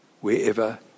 wherever